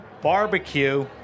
barbecue